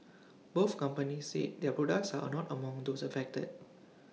both companies said their products are not among those affected